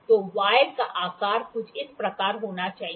तो वॉयल का आकार कुछ इस प्रकार होना चाहिए